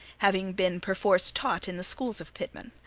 having been perforce taught in the schools of pitman.